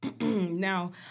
now